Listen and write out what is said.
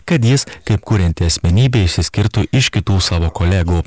kad jis kaip kurianti asmenybė išsiskirtų iš kitų savo kolegų